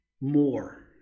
more